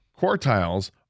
quartiles